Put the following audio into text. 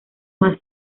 más